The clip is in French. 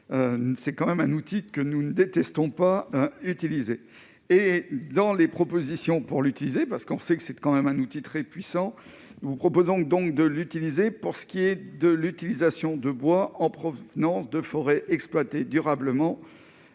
c'est quand même un outil que nous ne détestons pas utiliser et dans les propositions pour l'utiliser parce qu'on sait que c'est quand même un outil très puissant, nous vous proposons donc de l'utiliser pour ce qui est de l'utilisation de bois en provenance de forêts exploitées durablement